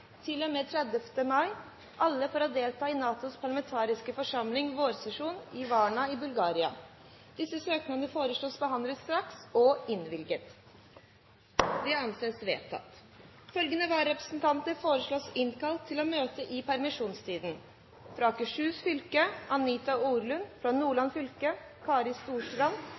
med 27. mai til og med 30. mai, alle for å delta i NATOs parlamentariske forsamlings vårsesjon i Varna, Bulgaria. Etter forslag fra presidenten ble enstemmig besluttet: Søknadene behandles straks og innvilges. Følgende vararepresentanter innkalles: For Akershus fylke: Anita Orlund For Nordland fylke: Kari Storstrand